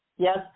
Yes